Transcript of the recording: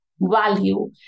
value